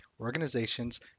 organizations